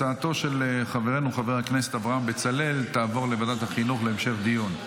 הצעתו של חברנו חבר הכנסת אברהם בצלאל תעבור לוועדת החינוך להמשך דיון.